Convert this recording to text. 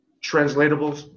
translatable